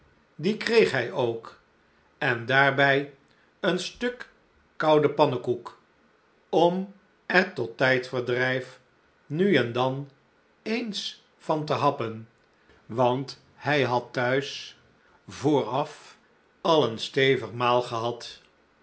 die kreeg hij ook en daarbij een stuk koude pannekoek om er tot tijdverdrijf nu en dan eens van te happen want hij had t huis vooraf al een stevig maal gehad